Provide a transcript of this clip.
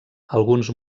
alguns